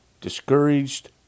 discouraged